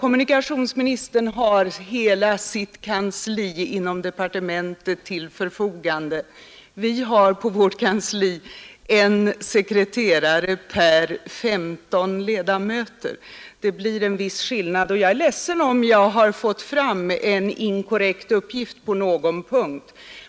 Kommunikationsministern har hela sitt kansli inom departementet till förfogande. Vi har på vårt kansli en sekreterare per 15 ledamöter. Det blir en viss skillnad, och jag är ledsen om jag har fått fram en inkorrekt uppgift på någon punkt.